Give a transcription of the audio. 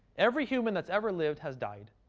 every human that's ever lived has died.